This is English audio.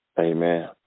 Amen